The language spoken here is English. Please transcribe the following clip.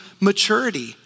maturity